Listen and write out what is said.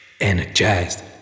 Energized